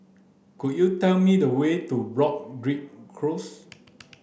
could you tell me the way to Broadrick Close